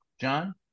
John